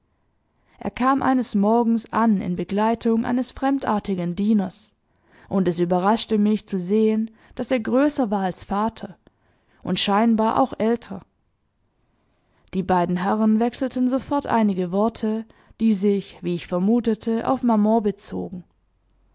er kam eines morgens an in begleitung eines fremdartigen dieners und es überraschte mich zu sehen daß er größer war als vater und scheinbar auch älter die beiden herren wechselten sofort einige worte die sich wie ich vermutete auf maman bezogen